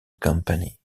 company